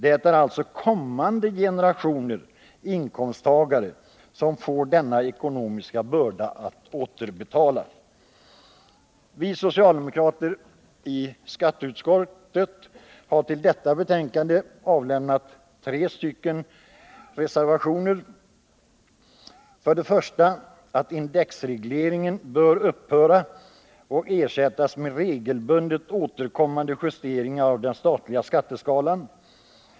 Det är alltså kommande generationer inkomsttagare som får denna ekonomiska börda att återbetala. Vi socialdemokrater i skatteutskottet har till detta betänkande fogat tre reservationer. För det första bör indexregleringen upphöra och ersättas med regelbundet återkommande justeringar av den statliga skatteskalan.